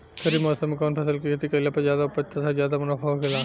खरीफ़ मौसम में कउन फसल के खेती कइला पर ज्यादा उपज तथा ज्यादा मुनाफा होखेला?